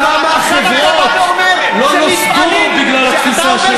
כמה מפעלים בישראל לא הוקמו בגלל התפיסה הזאת?